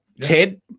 Ted